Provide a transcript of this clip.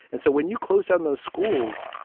and so when you closed down those schools,